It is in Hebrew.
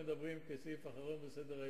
אנחנו מדברים בזה כסעיף אחרון בסדר-היום,